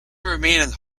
remained